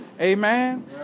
Amen